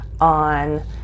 on